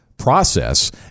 process